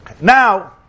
Now